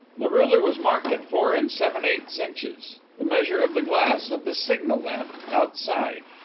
the ruler was marked at four and seven-eighths inches the measure of the glass of the signal lamp outside.